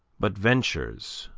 but ventures,